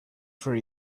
for